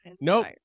Nope